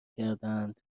کردهاند